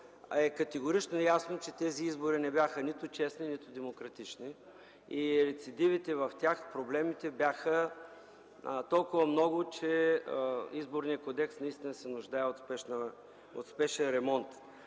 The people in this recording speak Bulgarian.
е категорично ясно, че тези избори не бяха нито честни, нито демократични. Рецидивите в тях, проблемите бяха толкова много, че Изборният кодекс наистина се нуждае от спешен ремонт.